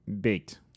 baked